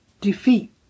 defeat